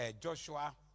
Joshua